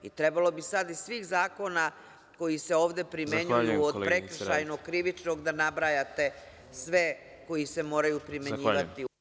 Trebalo bi sad iz svih zakona koji se ovde primenjuju, od prekršajnog, krivičnog, da nabrajate sve koji se moraju primenjivati.